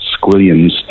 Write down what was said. squillions